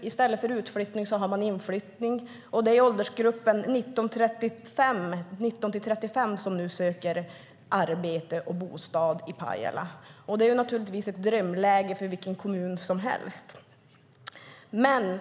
I stället för utflyttning har man inflyttning, och det är åldersgruppen 19-35 som söker arbete och bostad i Pajala. Det är ett drömläge för vilken kommun som helst.